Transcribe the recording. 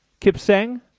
Kipsang